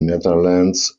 netherlands